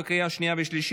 בעד, חמישה, אפס מתנגדים.